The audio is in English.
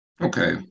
Okay